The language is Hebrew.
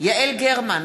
יעל גרמן,